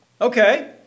Okay